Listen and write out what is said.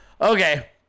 Okay